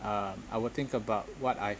um I would think about what I've